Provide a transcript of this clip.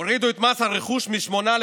הורידו את מס הרכוש מ-8%